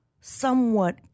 somewhat